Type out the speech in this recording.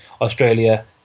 Australia